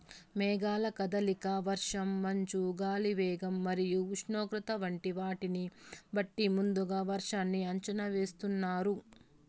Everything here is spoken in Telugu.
మేఘాల కదలిక, వర్షం, మంచు, గాలి వేగం మరియు ఉష్ణోగ్రత వంటి వాటిని బట్టి ముందుగా వర్షాన్ని అంచనా వేస్తున్నారు